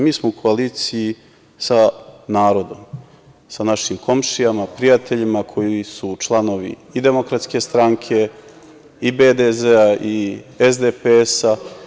Mi smo u koaliciji sa narodom, sa našim komšijama, prijateljima koji su članovi i DS i BDZ i SDPS.